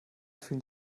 fühlen